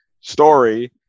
story